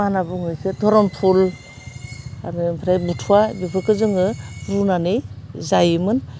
मा होना बुङो इखो धरमफुल आरो ओमफ्राय बुथुवा बेफोरखो जोङो रुनानै जायोमोन